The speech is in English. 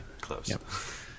close